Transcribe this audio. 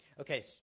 Okay